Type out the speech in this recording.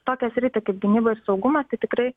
tokią sritį kaip gynyba ir saugumas tai tikrai